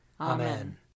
Amen